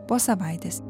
po savaitės